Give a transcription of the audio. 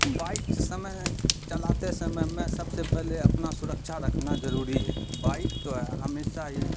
bike سمے چلاتے سمے میں سب سے پہلے اپنا سرکچھا رکھنا ضروری ہے بائک تو ہے ہمیشہ ہی